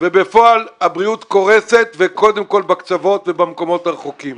ובפועל הבריאות קורסת וקודם כל בקצוות ובמקומות הרחוקים.